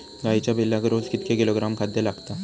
गाईच्या पिल्लाक रोज कितके किलोग्रॅम खाद्य लागता?